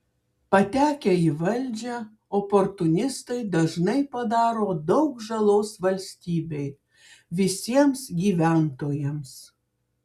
patekę į valdžią oportunistai dažnai padaro daug žalos valstybei visiems gyventojams